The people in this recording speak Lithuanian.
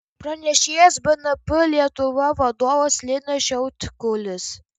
pranešėjas bnp lietuva vadovas linas šiautkulis